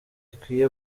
ikwiye